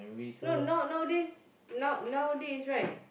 no now now this not now this right